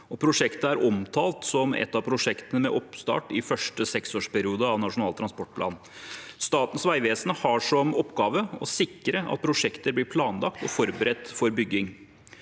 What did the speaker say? Prosjektet er omtalt som ett av prosjektene med oppstart i første seksårsperiode av Nasjonal transportplan. Statens vegvesen har som oppgave å sikre at prosjektet blir planlagt og forberedt for bygging.